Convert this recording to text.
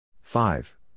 Five